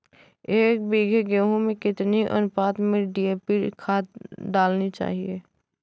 एक बीघे गेहूँ में कितनी अनुपात में डी.ए.पी खाद डालनी चाहिए?